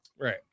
Right